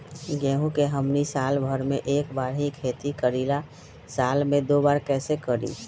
गेंहू के हमनी साल भर मे एक बार ही खेती करीला साल में दो बार कैसे करी?